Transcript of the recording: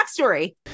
backstory